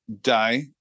die